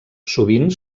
sovint